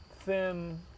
thin